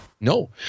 No